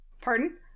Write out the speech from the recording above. Pardon